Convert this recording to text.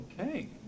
Okay